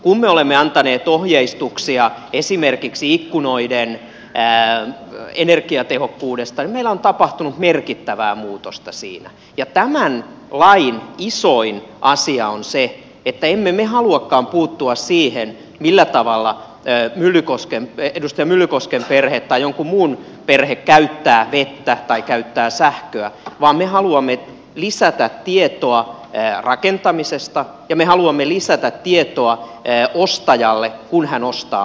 kun me olemme antaneet ohjeistuksia esimerkiksi ikkunoiden energiatehokkuudesta niin meillä on tapahtunut merkittävää muutosta siinä ja tämän lain isoin asia on se että emme me haluakaan puuttua siihen millä tavalla edustaja myllykosken perhe tai jonkun muun perhe käyttää vettä tai käyttää sähköä vaan me haluamme lisätä tietoa rakentamisesta ja me haluamme lisätä tietoa ostajalle kun hän ostaa asunnon